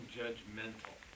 judgmental